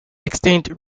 extant